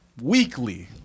weekly